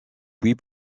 puis